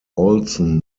olson